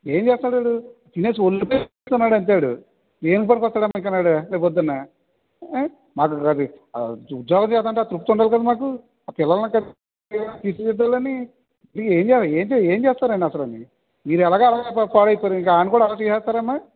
ఏమి చేస్తన్నాడు వాడు తినేసి ఒళ్ళు పెంచుతున్నాడు అంతే వాడు ఏం పనికి వస్తాడు అమ్మా ఇంకా వాడు రేపు పొద్దున్న మాకు ఉద్యోగం చేస్తుంటే ఆ తృప్తి ఉండాలి కదా మాకు ఆ పిల్లలని కాస్త తీర్చిదిద్దాలని ఏం ఏం జే ఏం చేస్తారు అండి అసలు వాని మీరు ఎలాగో అలా పాడైపోయారు ఇంకా వాడిని కూడా అలా చేసేస్తారు అమ్మా